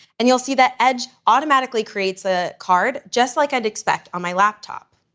and you'll see that edge automatically creates a card just like i'd expect on my laptop.